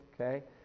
okay